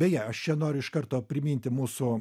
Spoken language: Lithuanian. beje aš čia noriu iš karto priminti mūsų